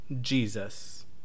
Jesus